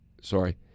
Sorry